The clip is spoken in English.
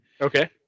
okay